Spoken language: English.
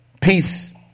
Peace